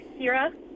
Kira